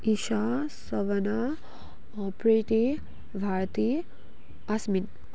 इसा सबना प्रिती भारती आस्मिन